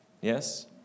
Yes